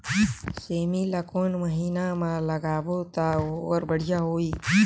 सेमी ला कोन महीना मा लगाबो ता ओहार बढ़िया होही?